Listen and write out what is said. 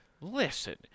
Listen